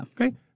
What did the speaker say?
Okay